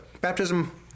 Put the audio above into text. baptism